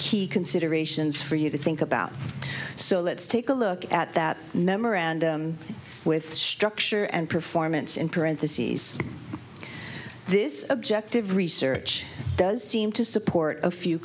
key considerations for you to think about so let's take a look at that memorandum with structure and performance in parentheses this objective research does seem to support a few